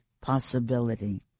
possibility